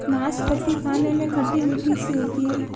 नाशपती खाने में खट्टी मिट्ठी सी होती है